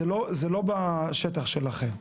אז לא בשטח שלכם.